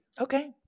Okay